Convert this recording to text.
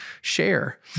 share